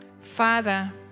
Father